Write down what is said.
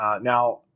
Now